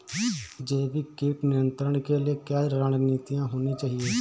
जैविक कीट नियंत्रण के लिए क्या रणनीतियां होनी चाहिए?